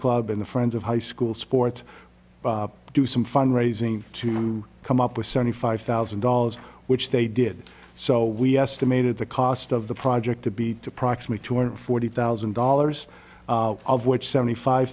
club and the friends of high school sports do some fund raising to come up with seventy five thousand dollars which they did so we estimated the cost of the project to be to proxima two hundred forty thousand dollars of which seventy five